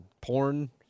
porn